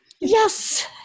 Yes